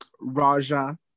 Raja